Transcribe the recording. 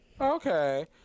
Okay